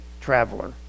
traveler